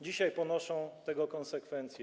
Dzisiaj ponoszą tego konsekwencje.